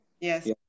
Yes